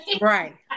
Right